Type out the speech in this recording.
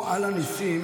פה "על הניסים",